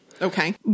Okay